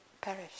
perish